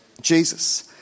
Jesus